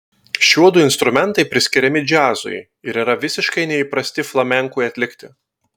šiuodu instrumentai priskiriami džiazui ir yra visiškai neįprasti flamenkui atlikti